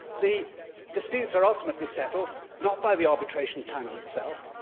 the disputes are ultimately settled not by the arbitration panel itself,